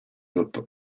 dott